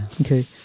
Okay